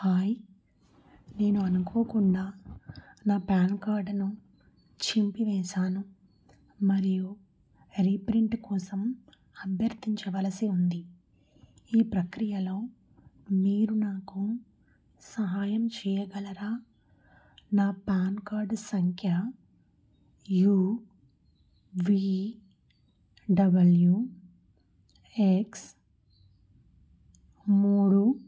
hi నేను అనుకోకుండా నా పాన్ కార్డును చింపివేసాను మరియు రీప్రింట్ కోసం అభ్యర్థించవలసి ఉంది ఈ ప్రక్రియలో మీరు నాకు సహాయం చేయగలరా నా పాన్ కార్డు సంఖ్య యూ వీ డబ్ల్యూ ఎక్స్ మూడు